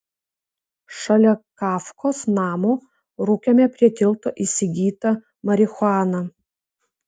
šalia kafkos namo rūkėme prie tilto įsigytą marihuaną